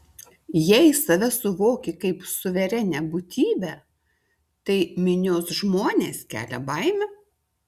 jei save suvoki kaip suverenią būtybę tai minios žmonės kelia baimę